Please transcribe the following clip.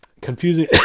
Confusing